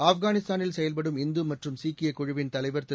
ஆப்கானிஸ்தானில் செயல்படும் இந்து மற்றும் சீக்கிய குழுவின் தலைவர் திரு